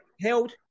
held